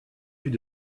plus